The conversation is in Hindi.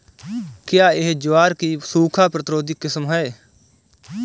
क्या यह ज्वार की सूखा प्रतिरोधी किस्म है?